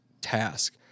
task